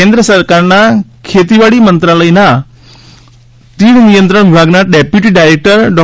કેન્દ્ર સરકારના ખેતીવાડી મંત્રાલયના તીડ નિયંત્રણ વિભાગના ડેપ્યુટી ડાયરેક્ટર ડો